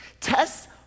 Tests